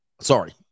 sorry